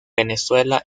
venezuela